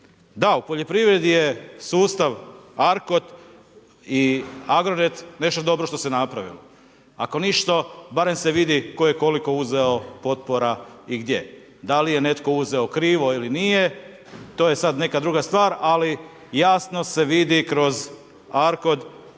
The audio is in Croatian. Da, u poljoprivredi je sustav arkod i agrored nešto dobro što se napravilo. Ako ništa, barem se vidi tko je koliko uzeo potpora i gdje. Da li je netko uzeo krivo ili nije, to je sada neka druga stvar, ali jasno se vidi kroz arkod